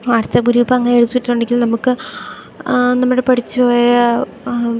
WhatsApp group അങ്ങനെ വെച്ചിട്ടുണ്ടെങ്കിൽ നമുക്ക് നമ്മുടെ പഠിച്ചുപോയ